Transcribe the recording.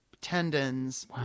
tendons